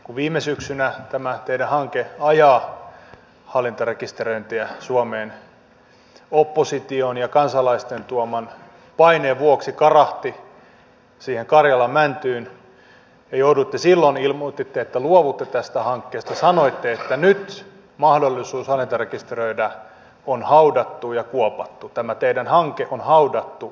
kun viime syksynä tämä teidän hankkeenne ajaa hallintarekistöintiä suomeen opposition ja kansalaisten tuoman paineen vuoksi karahti siihen karjalan mäntyyn te ilmoititte silloin että luovutte tästä hankkeesta ja sanoitte että nyt mahdollisuus hallintarekisteröidä on haudattu ja kuopattu tämä teidän hankkeenne on haudattu ja kuopattu